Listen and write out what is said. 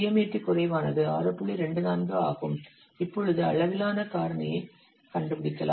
24 ஆகும் இப்பொழுது அளவிலான காரணியைக் கண்டுபிடிக்கலாம்